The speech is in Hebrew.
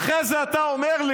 ואחרי זה אתה אומר,